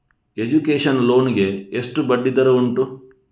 Education loan ಗೆ ಎಷ್ಟು ಬಡ್ಡಿ ದರ ಉಂಟು?